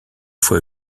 fois